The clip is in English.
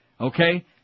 Okay